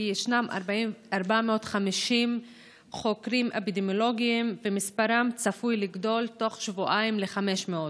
ישנם 450 חוקרים אפידמיולוגיים ומספרם צפוי לגדול בתוך שבועיים ל-500.